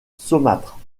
saumâtre